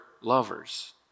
lovers